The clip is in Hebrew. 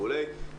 וכו'.